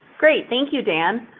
great. thank you, dan.